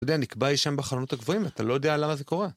אתה יודע, נקבע אי שם בחלונות הגבוהים, אתה לא יודע למה זה קורה.